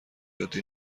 عادی